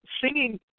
singing